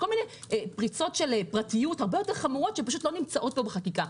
כל מיני פריצות של פרטיו הרבה יותר חמורות שלא נמצאות פה בחקיקה.